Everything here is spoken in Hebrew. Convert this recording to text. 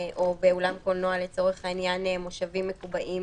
כי ההנחה היא שכל המוזיאונים זה תמיד במבנה.